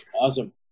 Awesome